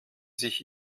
sich